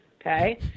Okay